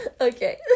okay